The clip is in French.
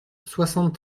soixante